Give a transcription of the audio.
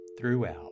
throughout